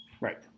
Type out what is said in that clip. Right